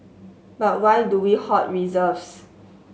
but why do we hoard reserves